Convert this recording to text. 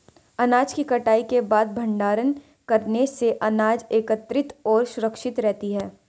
अनाज की कटाई के बाद भंडारण करने से अनाज एकत्रितऔर सुरक्षित रहती है